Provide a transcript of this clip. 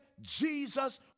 Jesus